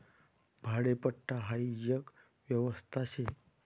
भाडेपट्टा हाई एक व्यवस्था शे